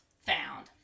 found